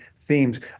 themes